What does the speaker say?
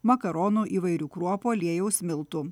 makaronų įvairių kruopų aliejaus miltų